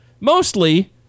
mostly